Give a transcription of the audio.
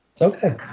okay